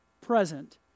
present